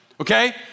Okay